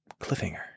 Cliffhanger